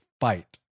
fight